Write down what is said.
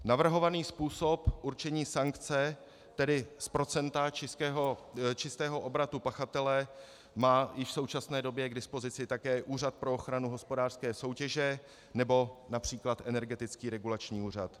Navrhovaný způsob určení sankce, tedy z procenta čistého obratu pachatele, má i v současné době k dispozici Úřad pro ochranu hospodářské soutěže nebo např. Energetický regulační úřad.